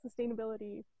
sustainability